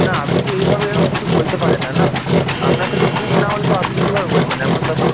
না আপনি তো এইভাবে এরকম কিছু বলতে পারেন না না আবনার কাছে প্রুব না হলে তো আপনি কীভাবে বলবেন এমন ব্যাপার